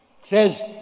says